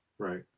Right